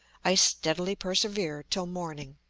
i steadily persevere till morning.